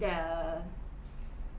the